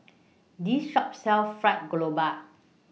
This Shop sells Fried Garoupa